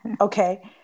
Okay